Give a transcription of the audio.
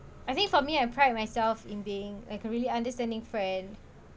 I think for me I pride myself in being like a really understanding friend